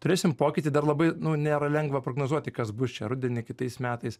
turėsim pokytį dar labai nu nėra lengva prognozuoti kas bus čia rudenį kitais metais